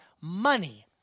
money